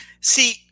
See